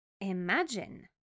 imagine